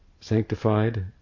sanctified